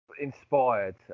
inspired